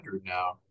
now